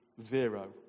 zero